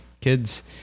kids